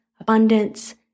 abundance